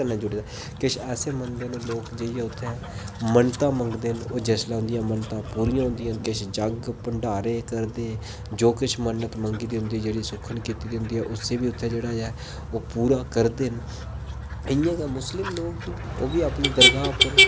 एह् ते सारे कन्नै जुड़े दा किश ते ऐसे मंदर न जित्थें ओह् मन्नतां मंगदे न ते जिसलै उदियां मन्नतां पूरियां होंदियां न किश यज्ञ भंडारे करदे जो किश मन्नत मंग्गी दी होंदी सुक्खन कीती दी होंदी उसी बी इत्थें आइयै ओह् पूरा करदे न इंया गै मुस्लिम लोग बी ओह् अुनी दरगाह् उप्पर